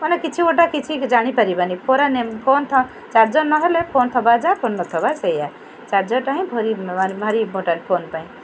ମାନେ କିଛି ଗୋଟେ କିଛି ଜାଣିପାରିବାନି ଫୋରା ନେ ଚାର୍ଜର ନହେଲେ ଫୋନ୍ ଥବା ଯା ଫୋନ୍ ନଥବା ସେଇଆ ଚାର୍ଜରଟା ହିଁ ଭରି ଭାରି ଇମ୍ପର୍ଟାଣ୍ଟ ଫୋନ୍ ପାଇଁ